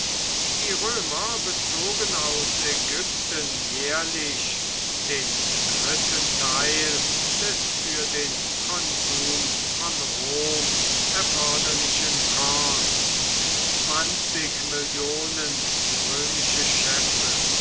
die römer bezogen aus ägypten jährlich den dritten teil des für den konsum von rom erforderlichen korns zwanzig millionen scheffel